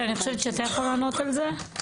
כן, אני חושבת שאתה יכול לענות על זה.